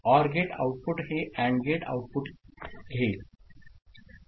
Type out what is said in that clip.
OR gate output हे AND gate output घेईल